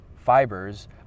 fibers